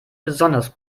besonders